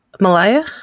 Malaya